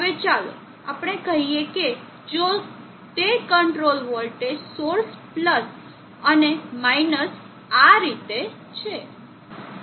હવે ચાલો આપણે કહીએ કે જો તે કંટ્રોલ વોલ્ટેજ સોર્સ પ્લસ અને માઈનસ આ રીતે છે